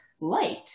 light